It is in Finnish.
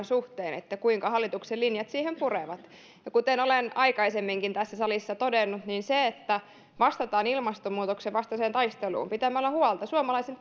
suhteen että kuinka hallituksen linjat siihen purevat kuten olen aikaisemminkin tässä salissa todennut se että vastataan ilmastonmuutoksen vastaiseen taisteluun pitämällä huolta suomalaisen